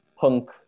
punk